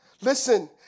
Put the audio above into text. Listen